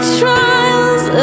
trials